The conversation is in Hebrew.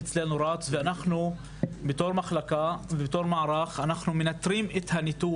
מיקי מ"בונות אלטרנטיבה" ואחריך נאפשר לדר'